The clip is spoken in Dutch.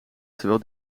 terwijl